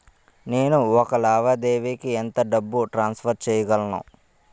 నేను ఒక లావాదేవీకి ఎంత డబ్బు ట్రాన్సఫర్ చేయగలను?